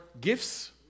gifts